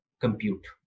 compute